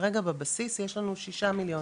כרגע בבסיס יש לנו ששה מיליון